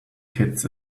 kids